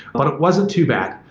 but it wasn't too bad.